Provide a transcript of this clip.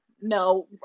No